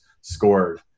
scored